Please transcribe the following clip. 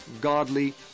godly